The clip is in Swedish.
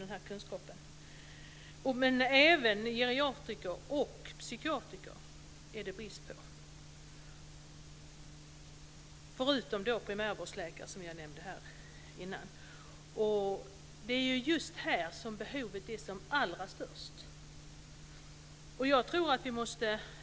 Det är alltså brist på även geriatriker och psykiatriker, förutom primärvårdsläkare, som jag nämnde tidigare. Det är just här som behovet är som allra störst.